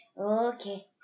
Okay